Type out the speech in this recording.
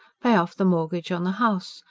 pay off the mortgage on the house,